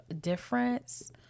difference